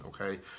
okay